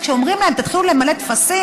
וכשאומרים להם: תתחילו למלא טפסים,